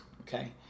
okay